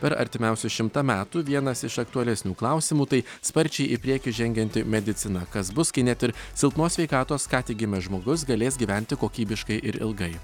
per artimiausius šimtą metų vienas iš aktualesnių klausimų tai sparčiai į priekį žengianti medicina kas bus kai net ir silpnos sveikatos ką tik gimęs žmogus galės gyventi kokybiškai ir ilgai